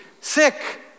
sick